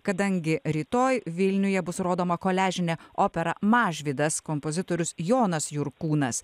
kadangi rytoj vilniuje bus rodoma koliažinė opera mažvydas kompozitorius jonas jurkūnas